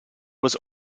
was